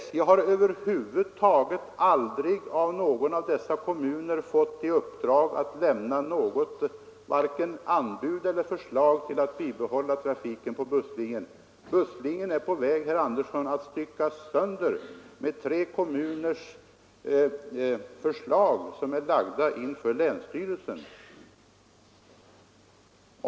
SJ har över huvud taget aldrig av någon av dessa kommuner fått i uppdrag att lämna vare sig anbud på eller förslag till ett bibehållande av trafiken på busslinjen. Busslinjen håller nu, herr Andersson, på att styckas sönder av tre kommuners förslag som är lagda inför länsstyrelsen.